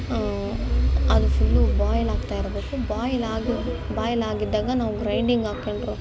ಅದು full boil ಆಗ್ತಾಯಿರ್ಬೇಕು boil ಆಗಿ ಬಾಯ್ಲ್ ಆಗಿದ್ದಾಗ ನಾವು ಗ್ರೈಂಡಿಂಗ್ ಹಾಕೊಂಡ್ರೊ